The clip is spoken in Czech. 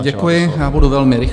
Děkuji, já budu velmi rychlý.